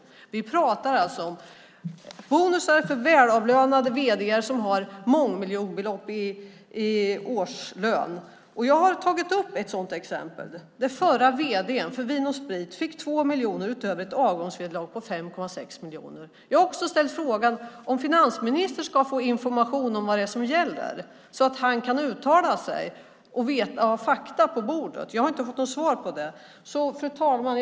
Vi talar om bonusar för välavlönade vd:ar som har mångmiljonbelopp i årslön. Jag har tagit upp ett sådant exempel. Förra vd:n för Vin & Sprit fick 2 miljoner utöver ett avgångsvederlag på 5,6 miljoner. Jag har också ställt frågan om finansministern ska få information om vad det är som gäller så att han kan uttala sig och ha fakta på bordet. Jag har inte fått svar på det. Fru talman!